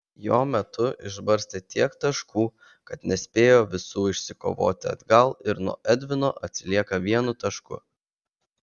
jo metu išbarstė tiek taškų kad nespėjo visų išsikovoti atgal ir nuo edvino atsilieka vienu tašku